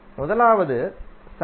முதலாவது sine A plus B